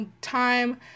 time